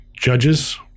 judges